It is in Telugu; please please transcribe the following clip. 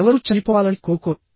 ఎవరూ చనిపోవాలని కోరుకోరు